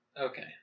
Okay